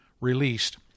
released